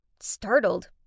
Startled